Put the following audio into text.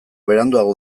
beranduago